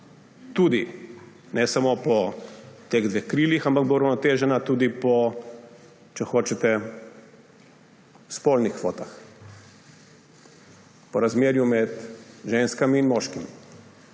tudi ne samo po teh dveh krilih, ampak bo uravnotežena tudi po spolnih kvotah, po razmerju med ženskami in moškimi.